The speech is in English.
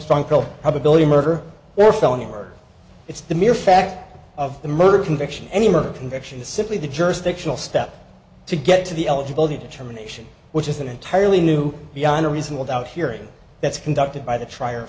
frankel probability murder or felony murder it's the mere fact of the murder conviction any murder conviction is simply the jurisdictional step to get to the eligibility determination which is an entirely new beyond a reasonable doubt hearing that's conducted by the trier